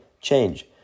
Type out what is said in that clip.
change